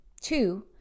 Two